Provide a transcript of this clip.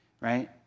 right